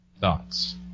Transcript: Thoughts